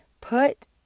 put